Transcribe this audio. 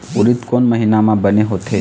उरीद कोन महीना म बने होथे?